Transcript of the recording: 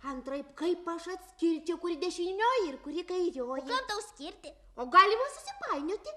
antraip kaip aš atskirčiau kur dešinioji ir kuri kairioji galima susipainioti